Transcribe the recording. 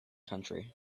country